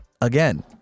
again